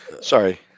sorry